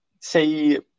say